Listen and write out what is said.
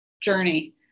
journey